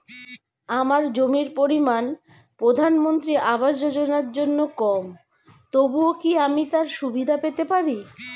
আমার জমির পরিমাণ প্রধানমন্ত্রী আবাস যোজনার জন্য কম তবুও কি আমি তার সুবিধা পেতে পারি?